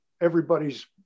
Everybody's